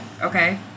okay